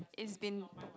it's been